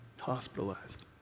hospitalized